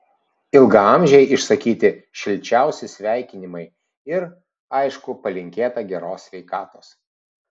ilgaamžei išsakyti šilčiausi sveikinimai ir aišku palinkėta geros sveikatos